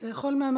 אתה יכול להגיב